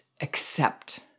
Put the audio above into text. accept